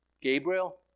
Gabriel